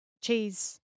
cheese